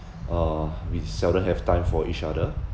uh we seldom have time for each other